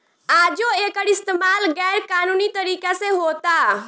आजो एकर इस्तमाल गैर कानूनी तरीका से होता